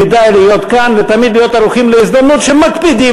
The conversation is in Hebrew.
כדאי להיות כאן ותמיד להיות ערוכים להזדמנות שמקפידים